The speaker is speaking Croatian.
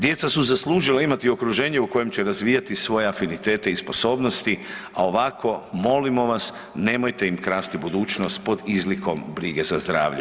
Djeca su zaslužila imati okruženje u kojem će razvijati svoje afinitete i sposobnosti, a ovako molimo vas, nemojte im krasti budućnost pod izlikom brige za zdravlje.